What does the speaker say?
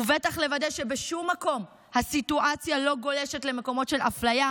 ובטח לוודא שבשום מקום הסיטואציה לא גולשת למקומות של אפליה,